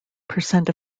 percent